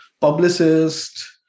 publicist